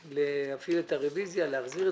התשע"ח 2018 (הארכת שיטת המיסוי של רכב דו גלגלי בהתאם להספק ונפח מנוע)